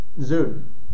zoom